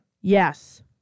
Yes